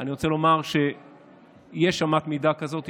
אני רוצה לומר שיש אמת מידה כזאת.